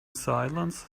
silence